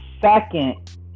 second